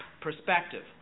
perspective